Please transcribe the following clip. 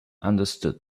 understood